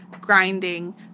grinding